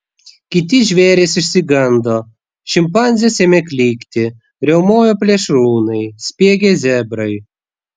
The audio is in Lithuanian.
kiti žvėrys išsigando šimpanzės ėmė klykti riaumojo plėšrūnai spiegė zebrai